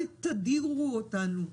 אל תדירו אותנו,